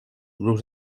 grups